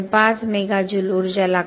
5 mega joule ऊर्जा लागते